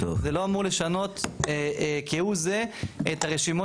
זה לא אמור לשנות כהוא זה את הרשימות